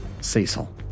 Cecil